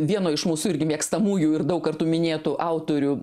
vieno iš mūsų irgi mėgstamųjų ir daug kartų minėtų autorių